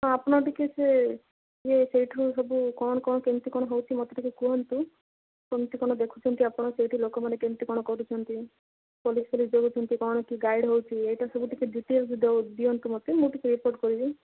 ଆପଣ ଟିକେ ସେ ସେଇଠୁ ସବୁ କ'ଣ କ'ଣ କେମିତି କ'ଣ ହେଉଛି ମୋତେ ଟିକେ କୁହନ୍ତୁ କେମିତି କ'ଣ ଦେଖୁଛନ୍ତି ଆପଣ ସେଇଠି ଲୋକମାନେ କେମିତି କ'ଣ କରୁଛନ୍ତି ପୋଲିସ ଫୋଲିସ ଜଗୁଛନ୍ତି କ'ଣ କିଏ ଗାଇଡ଼୍ ହେଉଛି ଏଇଟା ସବୁ ଟିକେ ଡିଟେଲ୍ ଦିଅନ୍ତୁ ମୋତେ ମୁଁ ଟିକେ ରିପୋର୍ଟ କରିବି